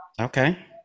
Okay